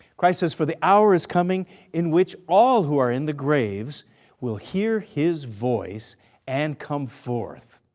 christ says, for the hour is coming in which all who are in the graves will hear his voice and come forth.